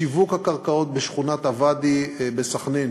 שיווק הקרקעות בשכונת הוואדי בסח'נין,